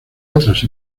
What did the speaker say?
otras